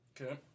Okay